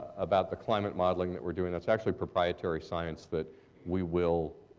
about the climate modeling that we're doing, that's actually proprietary science that we will